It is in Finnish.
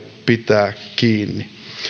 pitää